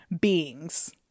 beings